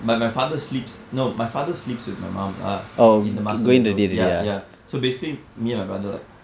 but my father sleeps no my father sleeps with my mum lah in the master bedroom ya ya so basically me and my brother like